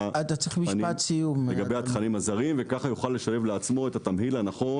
התכנים הזרים וכך יוכל לשלב לעצמו את התמהיל הנכון,